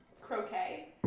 croquet